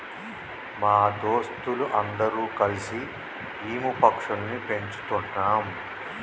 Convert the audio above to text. మా దోస్తులు అందరు కల్సి ఈము పక్షులని పెంచుతున్నాం